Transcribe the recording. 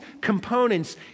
components